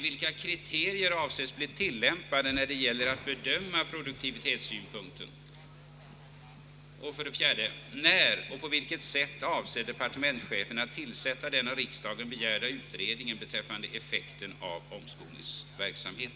Vilka kriterier avses bli tillämpade när det gäller att bedöma produktivitetssynpunkten? 4. När och på vilket sätt avser departementschefen tillsätta den av riksdagen begärda utredningen beträffande effekten av omskolningsverksamheten?